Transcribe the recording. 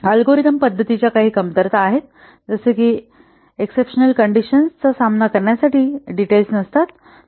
algorithm पद्धतींच्या काही कमतरता आहेत जसे की एक्ससपशनल कंडिशन्स चा सामना करण्यासाठी डिटेल नसतात